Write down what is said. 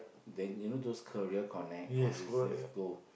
then you know those career connect all these just go